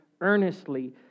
earnestly